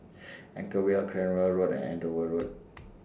Anchorvale Cranwell Road and Andover Road